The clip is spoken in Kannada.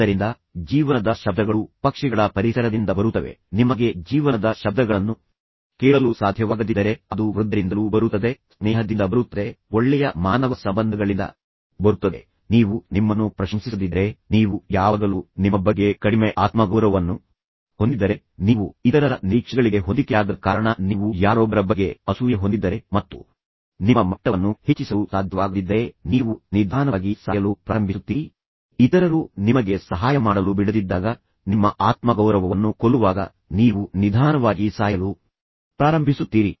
ಆದ್ದರಿಂದ ಜೀವನದ ಶಬ್ದಗಳು ಪಕ್ಷಿಗಳ ಪರಿಸರದಿಂದ ಬರುತ್ತವೆ ನಿಮಗೆ ಜೀವನದ ಶಬ್ದಗಳನ್ನು ಕೇಳಲು ಸಾಧ್ಯವಾಗದಿದ್ದರೆ ಅದು ವೃದ್ಧರಿಂದಲೂ ಬರುತ್ತದೆ ಸ್ನೇಹದಿಂದ ಬರುತ್ತದೆ ಒಳ್ಳೆಯ ಮಾನವ ಸಂಬಂಧಗಳಿಂದ ಬರುತ್ತದೆ ನೀವು ನಿಮ್ಮನ್ನು ಪ್ರಶಂಸಿಸದಿದ್ದರೆ ನೀವು ಯಾವಾಗಲೂ ನಿಮ್ಮ ಬಗ್ಗೆ ಕಡಿಮೆ ಆತ್ಮಗೌರವವನ್ನು ಹೊಂದಿದ್ದರೆ ನೀವು ಇತರರ ನಿರೀಕ್ಷೆಗಳಿಗೆ ಹೊಂದಿಕೆಯಾಗದ ಕಾರಣ ನೀವು ಯಾರೊಬ್ಬರ ಬಗ್ಗೆ ಅಸೂಯೆ ಹೊಂದಿದ್ದರೆ ಮತ್ತು ನಿಮ್ಮ ಮಟ್ಟವನ್ನು ಹೆಚ್ಚಿಸಲು ಸಾಧ್ಯವಾಗದಿದ್ದರೆ ನೀವು ನಿಧಾನವಾಗಿ ಸಾಯಲು ಪ್ರಾರಂಭಿಸುತ್ತೀರಿ ಇತರರು ನಿಮಗೆ ಸಹಾಯ ಮಾಡಲು ಬಿಡದಿದ್ದಾಗ ನಿಮ್ಮ ಆತ್ಮಗೌರವವನ್ನು ಕೊಲ್ಲುವಾಗ ನೀವು ನಿಧಾನವಾಗಿ ಸಾಯಲು ಪ್ರಾರಂಭಿಸುತ್ತೀರಿ